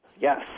yes